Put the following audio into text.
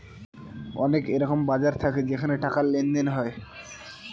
অনেক এরকম বাজার থাকে যেখানে টাকার লেনদেন হয়